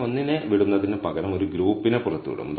ഇനി ഒന്നിനെ വിടുന്നതിന് പകരം ഒരു ഗ്രൂപ്പിനെ പുറത്ത് വിടും